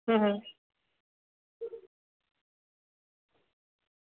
હમ્મ હમ્મ